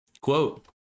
Quote